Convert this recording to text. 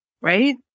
right